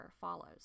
follows